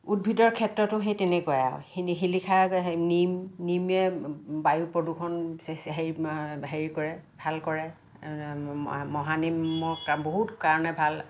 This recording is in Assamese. উদ্ভিদৰ ক্ষেত্ৰতো সেই তেনেকুৱাই আৰু সেই শিলিখা নিম নিমে বায়ুপ্ৰদুষণ সেই হেৰি কৰে ভাল কৰে মহানিমৰ বহুত কাৰণে ভাল